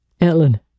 Ellen